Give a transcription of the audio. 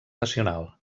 nacional